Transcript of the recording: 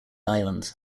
island